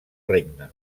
regne